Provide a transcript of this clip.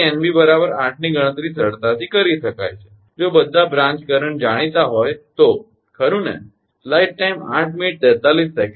તેથી 𝑁𝐵 8 ની ગણતરી સરળતાથી કરી શકાય છે જો બધા બ્રાંચ કરંટ જાણીતા હોય તો ખરુ ને